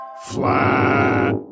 flat